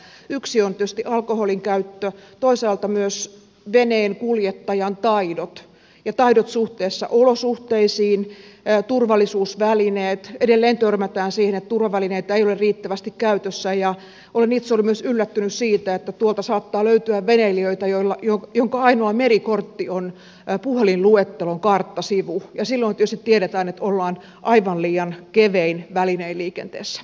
yksi on tietysti alkoholin käyttö toisaalta myös veneen kuljettajan taidot ja taidot suhteessa olosuhteisiin turvallisuusvälineet edelleen törmätään siihen että turvavälineitä ei ole riittävästi käytössä ja olen itse ollut myös yllättynyt siitä että saattaa löytyä veneilijöitä joiden ainoa merikortti on puhelinluettelon karttasivu ja silloin tietysti tiedetään että ollaan aivan liian kevein välinein liikenteessä